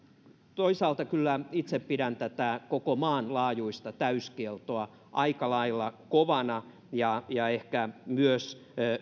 toisaalta kyllä itse pidän tätä koko maan laajuista täyskieltoa aika lailla kovana ja ja ehkä myös